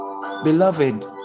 beloved